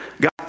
God